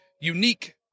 unique